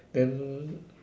then